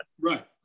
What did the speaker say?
right